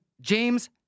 James